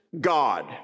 God